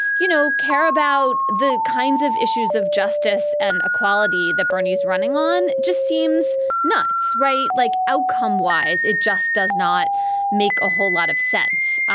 you know, care about the kinds of issues of justice and equality that bernie's running on just seems nuts right. like outcome wise, it just does not make a whole lot of sense.